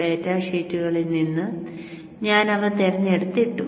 ഡാറ്റാഷീറ്റുകളിൽ നിന്ന് ഞാൻ അവ തിരഞ്ഞെടുത്ത് ഇവിടെ ഇട്ടു